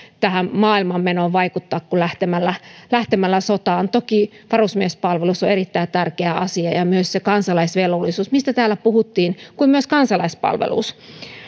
tähän maailmanmenoon vaikuttaa kuin lähtemällä lähtemällä sotaan toki varusmiespalvelus on erittäin tärkeä asia ja myös se kansalaisvelvollisuus mistä täällä puhuttiin kuin myös kansalaispalvelus